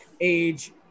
age